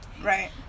right